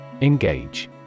Engage